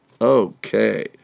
Okay